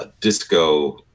Disco